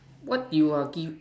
what you are give